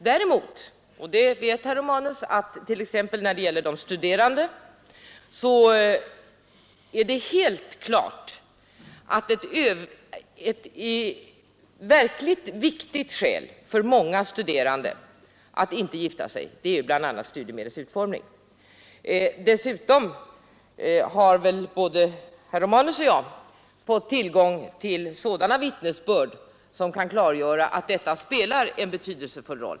Däremot är det — och det vet herr Romanus — när det gäller t.ex. de studerande helt klart att ett mycket viktigt skäl för många av dem att inte gifta sig är studiemedlens utformning. Herr Romanus och jag har dessutom fått tillgång till vittnesbörd som klargör att den saken spelar en betydelsefull roll.